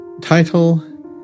Title